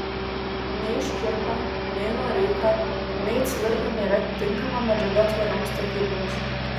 nei škirpa nei noreika nei cvirka nėra tinkama medžiaga tvarioms statyboms